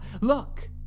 look